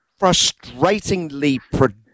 frustratingly